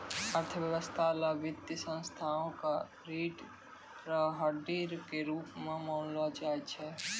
अर्थव्यवस्था ल वित्तीय संस्थाओं क रीढ़ र हड्डी के रूप म मानलो जाय छै